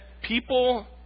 people